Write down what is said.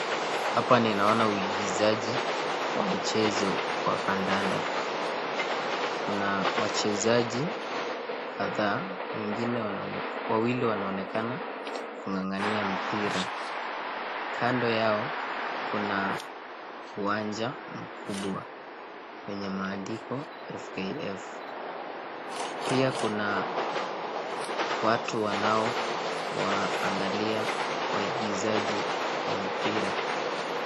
Hapa ninaona uigizaji wa mchezo wa kandanda. Kuna wachezaji kadhaa. Wawili waonekana wakingangania mpira . Kando yao kuna uwanja mkubwa wenye maandiko FKF. Pia kuna watu wanaowaangalia waigizaji wa mpira .